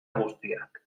guztiak